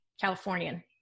Californian